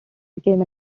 became